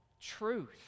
truth